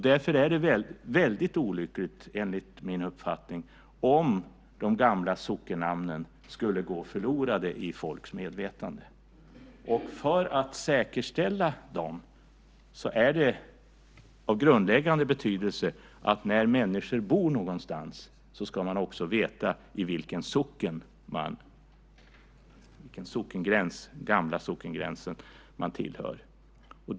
Därför vore det väldigt olyckligt, enligt min uppfattning, om de gamla sockennamnen skulle gå förlorade i folks medvetande. För att säkerställa dem är det av grundläggande betydelse att när människor bor någonstans ska de också veta vilken socken, med den gamla sockengränsen, de tillhör.